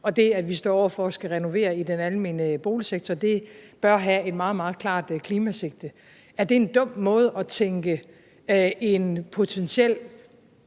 og det, at vi står over for at skulle renovere i den almene boligsektor, sige, at det bør have et meget, meget klart klimasigte. Er det en dum måde at indtænke et potentielt